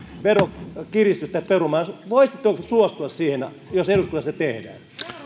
veronkiristystä perumaan voisitteko te suostua siihen jos eduskunnassa se tehdään